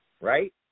right